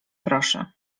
proszę